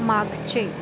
मागचे